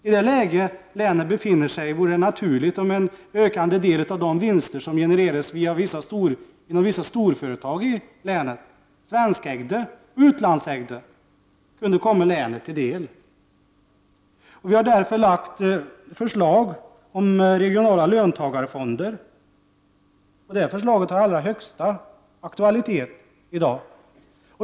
I det läge länet befinner sig i vore det naturligt om en ökande del av de vinster som genereras inom vissa svenskägda och utlandsägda storföretag i länet kunde komma länet till del. Vi har därför lagt fram förslag om regionala löntagarfonder. Det förslaget har allra högsta aktualitet i dag.